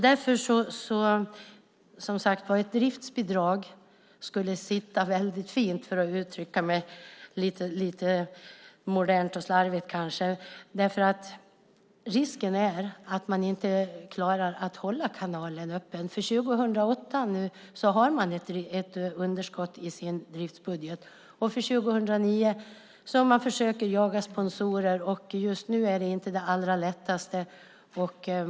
Därför skulle ett driftsbidrag sitta väldigt fint, för att uttrycka mig lite modernt och slarvigt. Risken är att man inte klarar av att hålla kanalen öppen. Man har ett underskott för 2008 i sin driftsbudget. För 2009 försöker man jaga sponsorer, och det är inte det allra lättaste just nu.